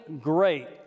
great